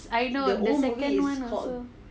I know the second [one] also